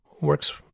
works